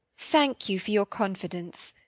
thank you for your confidence.